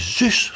zus